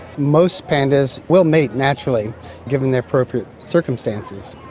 most pandas will mate naturally given the appropriate circumstances.